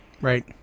Right